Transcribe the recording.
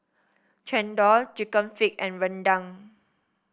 chendol chicken feet and rendang